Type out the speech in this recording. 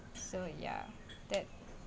so ya that